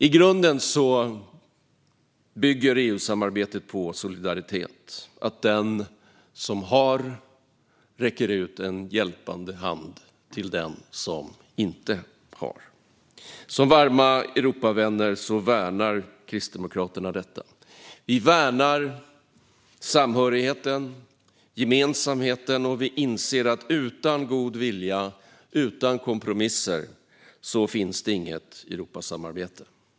I grunden bygger EU-samarbetet på solidaritet, att den som har räcker ut en hjälpande hand till den som inte har. Som varma Europavänner värnar Kristdemokraterna detta. Vi värnar samhörigheten och gemensamheten, och vi inser att utan god vilja och kompromisser finns det inget Europasamarbete.